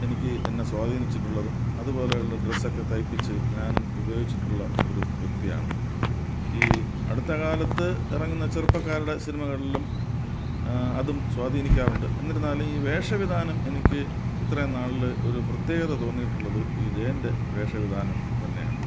എനിക്ക് എന്നെ സ്വധീനിച്ചിട്ടുള്ളതും അതുപോലെയുള്ള ഡ്രസൊക്കെ തയ്പ്പിച്ച് ഞാനും ഉപയോഗിച്ചിട്ടുള്ള ഒരു വ്യക്തിയാണ് ഈ അടുത്തകാലത്ത് ഇറങ്ങുന്ന ചെറുപ്പക്കാരുടെ സിനിമകളിലും അതും സ്വാധീനിക്കാറുണ്ട് എന്നിരുന്നാലും ഈ വേഷവിധാനം എനിക്ക് ഇത്രയും നാളില് ഒരു പ്രത്യേകത തോന്നിയിട്ടുള്ളത് ഈ ജയന്റെ വേഷവിധാനം തന്നെയാണ്